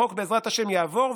החוק בעזרת השם יעבור,